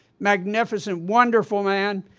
magnificent, wonderful man!